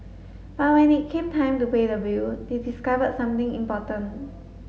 but when it came time to pay the bill they discovered something important